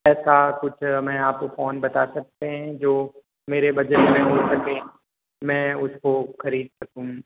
ऐसा कुछ हमें आप फोन बता सकते हैं जो मेरे बजट में हो सके मैं उसको खरीद सकूँ